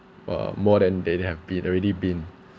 uh more than than they have been already been